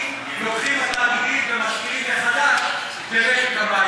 לוקחים התאגידים ומשקיעים מחדש במשק המים.